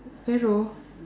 yellow